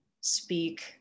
speak